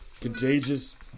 Contagious